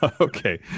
Okay